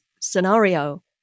scenario